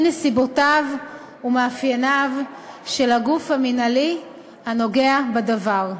נסיבותיו ומאפייניו של הגוף המינהלי הנוגע בדבר.